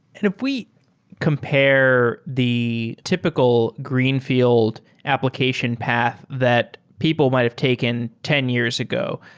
and if we compare the typical greenfi eld application path that people might have taken ten years ago,